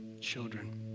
children